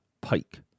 Pike